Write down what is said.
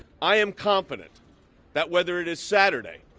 i am confident that whether it is saturday,